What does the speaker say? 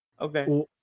Okay